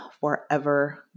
forever